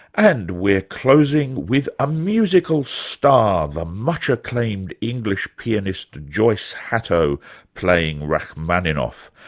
and we're closing with a musical star, the much-acclaimed english pianist joyce hatto playing rachmaninov,